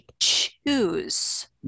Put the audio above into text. choose